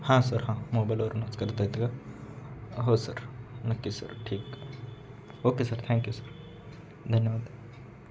हां सर हां मोबाईलवरनंच करता येतं का हो सर नक्की सर ठीक ओके सर थँक्यू सर धन्यवाद